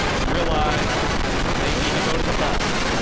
and realized that they need to go to the mall.